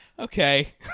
okay